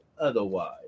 otherwise